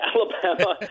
Alabama